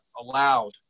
allowed